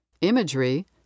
imagery